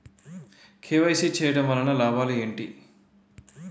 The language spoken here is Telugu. కే.వై.సీ చేయటం వలన లాభాలు ఏమిటి?